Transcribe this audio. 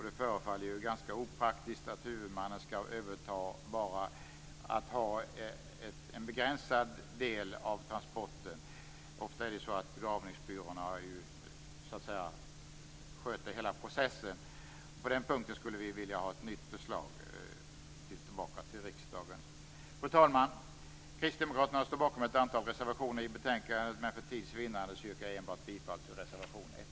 Det förefaller ganska opraktiskt att huvudmannen skall överta ansvaret bara för en begränsad del av transporten. Oftast sköter begravningsbyrån hela processen. På den punkten skulle vi vilja ha ett nytt förslag till riksdagen. Fru talman! Kristdemokraterna står bakom ett antal reservationer i betänkandet, men för tids vinnande yrkar jag bifall endast till reservation 1.